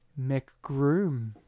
McGroom